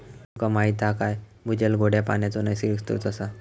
तुमका माहीत हा काय भूजल गोड्या पानाचो नैसर्गिक स्त्रोत असा